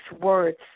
words